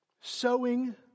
Sowing